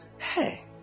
Hey